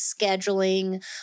scheduling